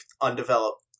undeveloped